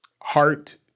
heart